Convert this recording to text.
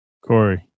Corey